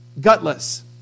Gutless